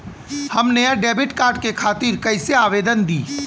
हम नया debit card के खातिर कइसे आवेदन दीं?